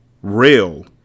Real